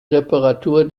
reparatur